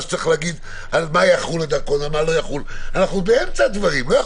מחייבים לא, אבל אתה יכול